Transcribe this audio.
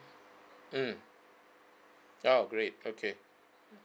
mm oh great okay